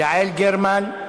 יעל גרמן,